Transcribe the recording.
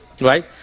right